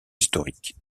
historique